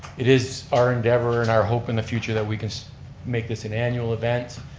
it is our endeavor and our hope in the future that we can make this an annual event.